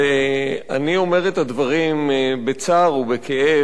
אני אומר את הדברים בצער ובכאב,